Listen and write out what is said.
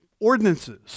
ordinances